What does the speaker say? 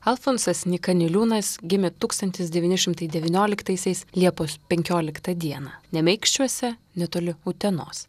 alfonsas nyka niliūnas gimė tūkstantis devyni šimtai devynioliktaisiais liepos penkioliktą dieną nemeikščiuose netoli utenos